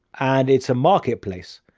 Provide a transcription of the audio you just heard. and it's a marketplace.